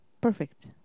perfect